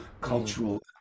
cultural